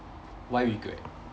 why regret